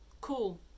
cool